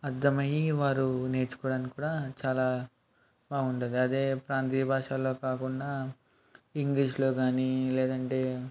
అర్ధమయ్యి వారు నేర్చుకోవడానికి కూడా చాలా బాగుంటుంది అదే ప్రాంతీయ భాషలో కాకుండా ఇంగ్లీష్లో కానీ లేదంటే